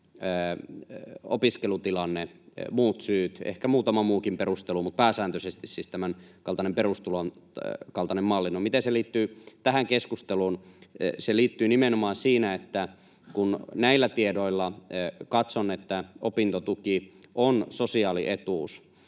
opiskelutilanne, muut syyt, ehkä muutama muukin perustelu, mutta pääsääntöisesti siis tämänkaltainen, perustulon kaltainen malli. No, miten se liittyy tähän keskusteluun? Se liittyy nimenomaan siinä, että kun näillä tiedoilla katson, että opintotuki on sosiaalietuus,